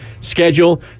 schedule